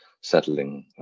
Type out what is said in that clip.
settling